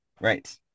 Right